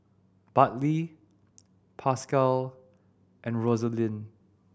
Bartley Pascal and Rosalind